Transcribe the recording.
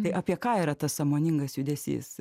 tai apie ką yra tas sąmoningas judesys